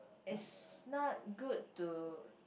it's not good to